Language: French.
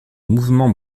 mouvements